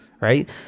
Right